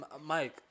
Mike